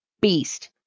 beast